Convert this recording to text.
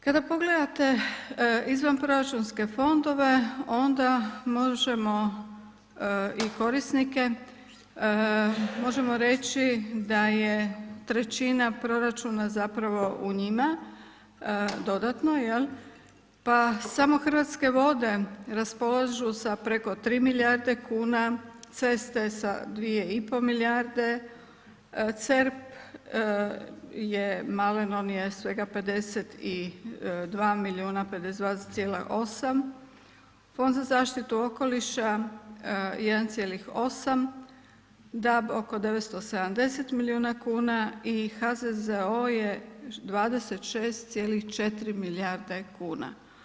Kada pogledate izvanproračunske fondove onda možemo i korisnike, možemo reći da je trećina proračuna zapravo u njima dodatno jel, pa samo Hrvatske vode raspolažu sa preko 3 milijarde kuna, ceste sa 2,5 milijarde, CERP je malen on je svega 52 milijuna, 52,8, Fond za zaštitu okoliša 1,8, DAB oko 970 milijuna kuna i HZZO je 26,4 milijarde kuna.